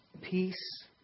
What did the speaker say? peace